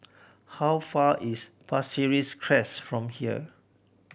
how far is Pasir Ris Crest from here